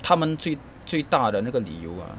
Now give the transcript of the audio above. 他们最最大的那个理由 ah